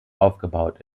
aufgebaut